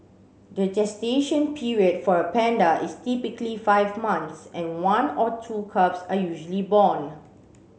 the gestation period for a panda is typically five months and one or two cubs are usually born